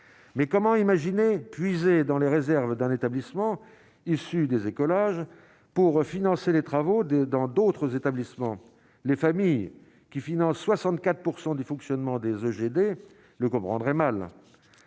mais comment imaginer puiser dans les réserves d'un établissement issu des écologistes pour financer les travaux de dans d'autres établissements, les familles qui financent 64 % du fonctionnement des oeufs GD le comprendraient mal